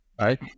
right